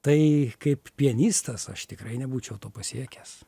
tai kaip pianistas aš tikrai nebūčiau to pasiekęs